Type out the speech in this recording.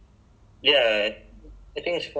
so like low level is what